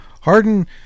Harden